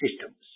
systems